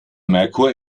merkur